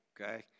okay